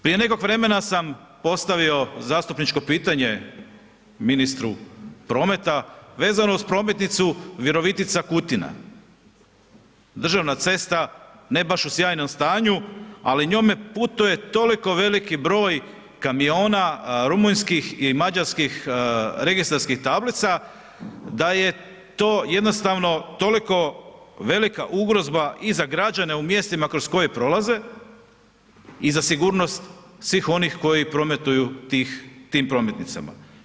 Prije nekog vremena sam postavio zastupničko pitanje ministru prometa vezano uz prometnicu Virovitica-Kutina, državna cesta ne baš u sjajnom stanju, ali njome putuje toliko veliki broj kamiona rumunjskih i mađarskih registarskih tablica da je to jednostavno toliko velika ugrozba i za građane u mjestima kroz koje prolaze i za sigurnost svih onih koji prometuju tim prometnicama.